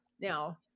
now